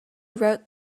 wrote